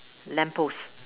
lamp post